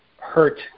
hurt